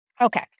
Okay